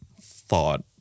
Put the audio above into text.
thought